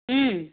ꯎꯝ